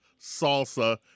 salsa